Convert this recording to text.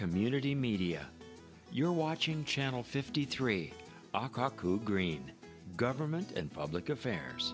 community media you're watching channel fifty three green government and public affairs